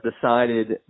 decided